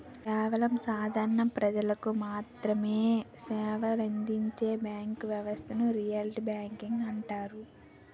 కేవలం సాధారణ ప్రజలకు మాత్రమె సేవలందించే బ్యాంకు వ్యవస్థను రిటైల్ బ్యాంకింగ్ అంటారు